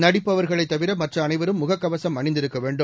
நடிப்பவர்களைத் தவிர மற்ற அனைவரும் முகக் கவசம் அணிந்திருக்க வேண்டும்